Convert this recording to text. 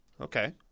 Okay